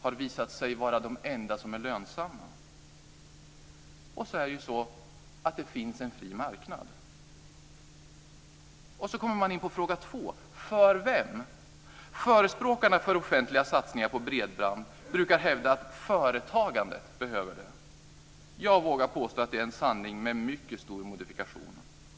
har visat sig vara de enda som är lönsamma. Det är ju så att det finns en fri marknad. Så kommer man in på fråga två: För vem? Förespråkarna för offentliga satsningar på bredband brukar hävda att företagandet behöver det. Jag vågar påstå att det är en sanning med mycket stor modifikation.